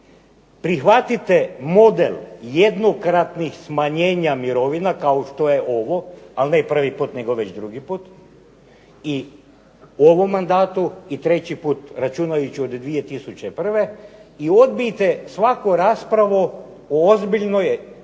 prihvatite model jednokratnih smanjenja mirovina, kao što je ovo, ali ne prvi put, nego već drugi put, i u ovom mandatu i treći put računajući od 2001. i odbijte svaku raspravu o ozbiljnoj